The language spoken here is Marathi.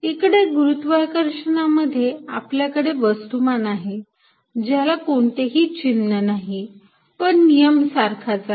इकडे गुरुत्वाकर्षणा मध्ये आपल्याकडे वस्तुमान आहे ज्याला कोणतेही चिन्ह नाही पण नियम सारखाच आहे